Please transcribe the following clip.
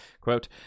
quote